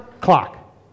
clock